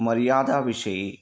मर्यादा विषये